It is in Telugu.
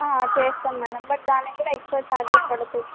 చేస్తాం మేడం బట్ దాన్ని కూడా ఎక్స్ట్రా ఛార్జెస్ పడుతాయి